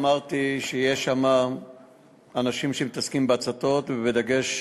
אמרתי שיש שם אנשים שמתעסקים בהצתות בדגש